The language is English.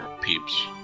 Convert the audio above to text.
Peeps